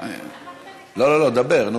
דבר.